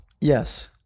yes